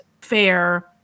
fair